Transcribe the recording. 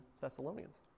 Thessalonians